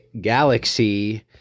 galaxy